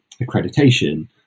accreditation